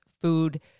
food